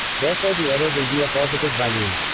therefore the error will be a positive value.